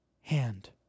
hand